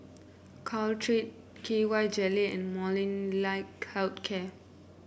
Caltrate K Y Jelly and Molnylcke Health Care